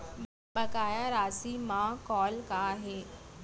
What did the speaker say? बकाया राशि मा कॉल का हे?